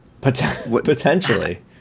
Potentially